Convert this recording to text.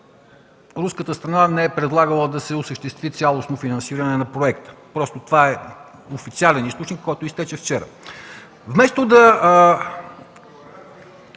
руската страна не е предлагала да се осъществи цялостно финансиране на проекта. Това е официален източник, който изтече вчера. Съществена